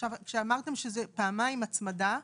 כשאמרתם שזה פעמיים הצמדה,